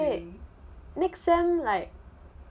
wait next sem like